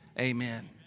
Amen